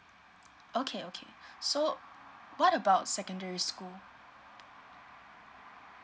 okay okay so what about secondary school